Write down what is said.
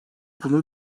bunu